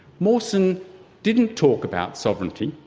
mawson didn't talk about sovereignty,